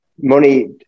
money